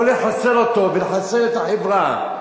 או לחסל אותו ולחסל את החברה,